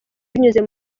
binyuze